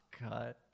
God